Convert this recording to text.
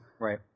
Right